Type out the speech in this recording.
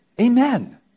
Amen